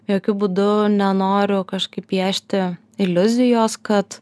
jokiu būdu nenoriu kažkaip piešti iliuzijos kad